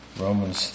Romans